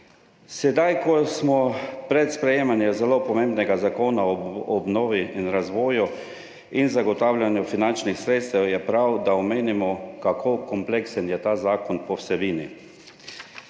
Sedaj, ko smo pred sprejemanjem zelo pomembnega Zakona o obnovi, razvoju in zagotavljanju finančnih sredstev, je prav, da omenimo, kako kompleksen je ta zakon po vsebini.